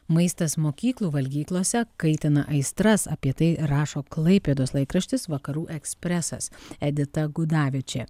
maistas mokyklų valgyklose kaitina aistras apie tai rašo klaipėdos laikraštis vakarų ekspresas edita gudavičė